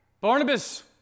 Barnabas